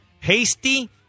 Hasty